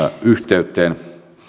yhteyteen